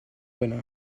winner